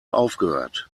aufgehört